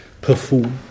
perform